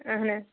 اَہَن حظ